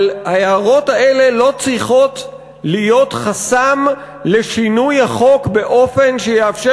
אבל ההערות האלה לא צריכות להיות חסם לשינוי החוק באופן שיאפשר